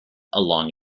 along